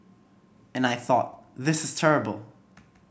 and I thought This is terrible